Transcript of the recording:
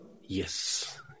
Yes